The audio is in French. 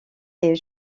est